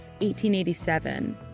1887